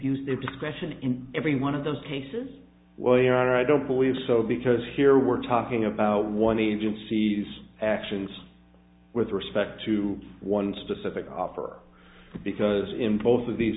their discretion in every one of those cases where i don't believe so because here we're talking about one agency's actions with respect to one specific offer because in both of these